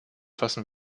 fassen